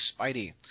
Spidey